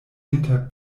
inter